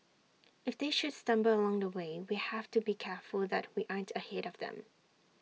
if they should stumble along the way we have to be careful that we aren't ahead of them